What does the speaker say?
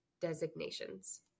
designations